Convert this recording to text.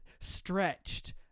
stretched